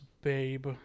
babe